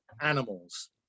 animals